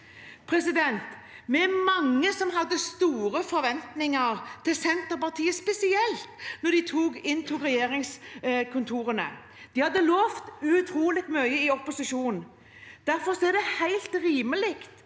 Vi var mange som hadde store forventninger til Senterpartiet spesielt, da de inntok regjeringskontorene. De hadde lovet utrolig mye i opposisjon. Derfor er det helt rimelig